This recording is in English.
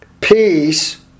peace